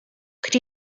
could